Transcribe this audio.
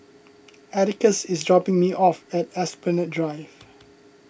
Atticus is dropping me off at Esplanade Drive